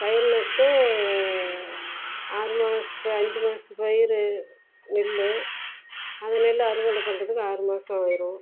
பயிர் நட்டு ஆறு மாதம் அஞ்சு மாதத்து பயிர் நெல் அதிலேலாம் அறுவடை பண்ணுறதுக்கு ஆறு மாதம் வரும்